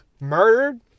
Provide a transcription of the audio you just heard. Murdered